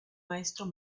maestro